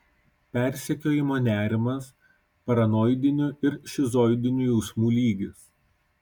persekiojimo nerimas paranoidinių ir šizoidinių jausmų lygis